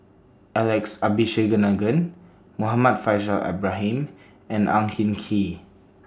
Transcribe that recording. Alex Abisheganaden Muhammad Faishal Ibrahim and Ang Hin Kee